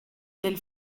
del